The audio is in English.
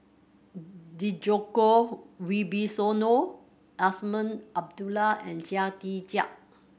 Djoko Wibisono Azman Abdullah and Chia Tee Chiak